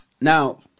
now